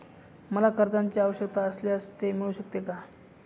मला कर्जांची आवश्यकता असल्यास ते मिळू शकते का?